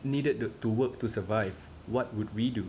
needed to work to survive what would we do